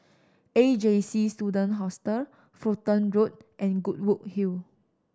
A J C Student Hostel Fulton Road and Goodwood Hill